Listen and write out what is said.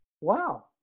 wow